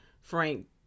Frank